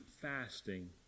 fasting